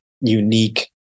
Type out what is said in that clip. unique